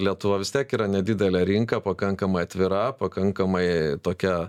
lietuva vis tiek yra nedidelė rinka pakankamai atvira pakankamai tokia